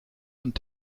und